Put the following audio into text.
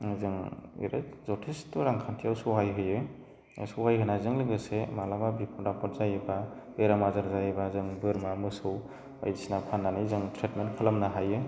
जों जथेस्थ' रांखान्थियाव सहाय होयो सहाय होनायजों लोगोसे माब्लाबा बिफद आफद जायोबा बेराम आजार जायोबा जों बोरमा मोसौ बायदिसिना फाननानै जों ट्रिटमेन्ट खालामनो हायो